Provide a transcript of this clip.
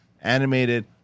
animated